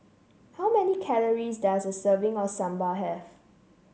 how many calories does a serving of Sambar have